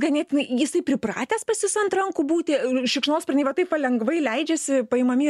ganėtinai jisai pripratęs pas jus ant rankų būti šikšnosparniai va taip va lengva leidžiasi paimami